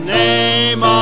name